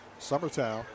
Summertown